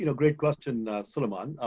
you know great question, soulaymane.